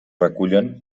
recullen